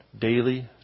daily